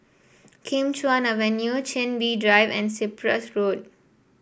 Kim Chuan Avenue Chin Bee Drive and Cyprus Road